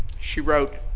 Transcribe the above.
she wrote,